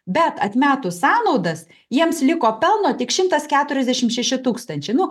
bet atmetus sąnaudas jiems liko pelno tik šimtas keturiasdešim šeši tūkstančiai nu